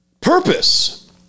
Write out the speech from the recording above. Purpose